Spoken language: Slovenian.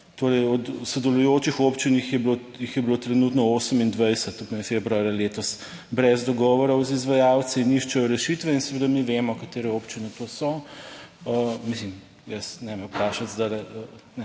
Torej od sodelujočih občin jih je bilo, jih je bilo trenutno 28, to je februarja letos, brez dogovorov z izvajalci. in iščejo rešitve in seveda mi vemo, katere občine to so. Mislim jaz, ne me vprašati zdaj